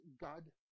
God